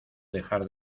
dejar